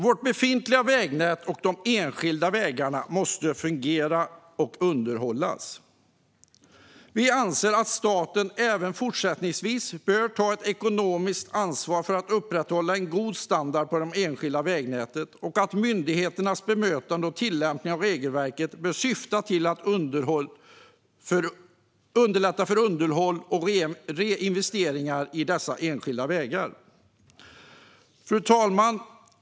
Vårt befintliga vägnät och de enskilda vägarna måste fungera och underhållas. Vi anser att staten även fortsättningsvis bör ta ett ekonomiskt ansvar för att upprätthålla en god standard på det enskilda vägnätet och att myndigheternas bemötande och tillämpning av regelverket bör syfta till att underlätta för underhåll och reinvesteringar i dessa enskilda vägar. Fru talman!